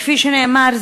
כפי שנאמר,